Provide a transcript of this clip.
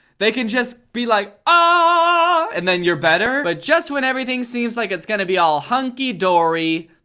they can just be like, ah, and then you're better. but just when everything seems like it's going to be all hunky-dory,